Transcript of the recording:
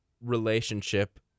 relationship